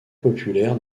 populaire